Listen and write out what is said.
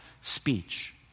speech